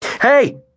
Hey